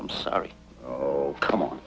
i'm sorry oh come on